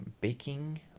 baking